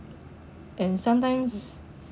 and sometimes